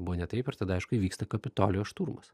buvo ne taip ir tada aišku įvyksta kapitolijo šturmas